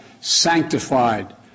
sanctified